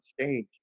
stage